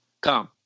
come